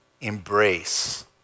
embrace